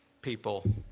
people